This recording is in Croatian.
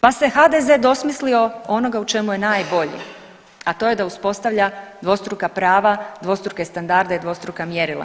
Pa se HDZ dosmislio onoga u čemu je najbolji, a to je da uspostavlja dvostruka prava, dvostruke standarde i dvostruka mjerila.